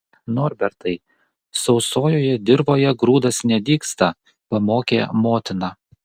norbertai sausojoje dirvoje grūdas nedygsta pamokė motina